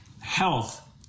health